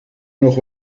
nog